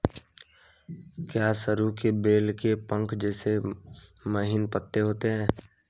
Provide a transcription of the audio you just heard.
क्या सरु के बेल के पंख जैसे महीन पत्ते होते हैं?